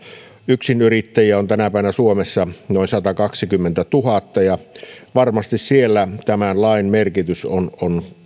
yksinyrittäjiä on tänä päivänä suomessa noin satakaksikymmentätuhatta varmasti siellä tämän lain merkitys on on